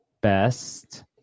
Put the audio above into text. best